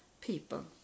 people